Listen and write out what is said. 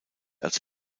als